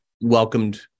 welcomed